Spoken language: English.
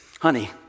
Honey